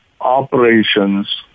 operations